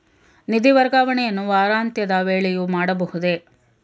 ನಿಧಿ ವರ್ಗಾವಣೆಯನ್ನು ವಾರಾಂತ್ಯದ ವೇಳೆಯೂ ಮಾಡಬಹುದೇ?